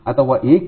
ಅಥವಾ ಏಕೆ